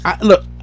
Look